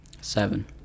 Seven